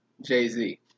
Jay-Z